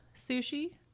sushi